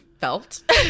felt